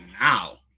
now